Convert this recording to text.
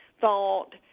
thought